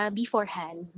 beforehand